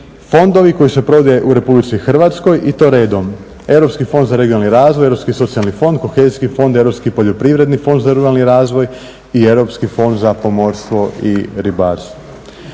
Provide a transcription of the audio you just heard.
1.fondovi koji se provode u RH i to redom Europski fond za regionalni razvoj, Europski socijalni fond, Kohezijski fond, Europski poljoprivredni fond za ruralni razvoj i Europski fond za pomorstvo i ribarstvo.